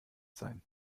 sein